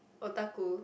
otaku